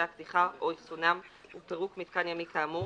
הקדיחה או אחסונם ופירוק מיתקן ימי כאמור,